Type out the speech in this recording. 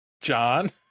John